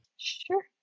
Sure